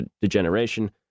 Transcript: degeneration